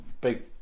big